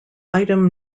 item